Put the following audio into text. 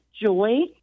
joy